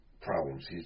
problems